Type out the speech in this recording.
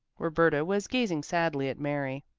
roberta was gazing sadly at mary.